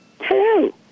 Hello